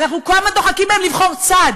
אנחנו כל הזמן דוחקים בהם לבחור צד,